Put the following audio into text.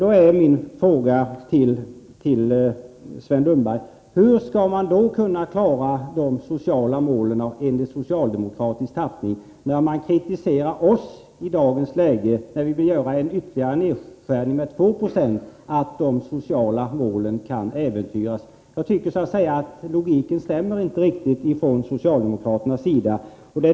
Då är min fråga till Sven Lundberg: Hur skall man kunna klara de sociala målen i socialdemokratisk tappning, när man kritiserar oss för att de sociala målen kan äventyras genom att vi i dagens läge vill göra en ytterligare nedskärning med 2 procentenheter? Det finns ingen logik i socialdemokraternas påstående.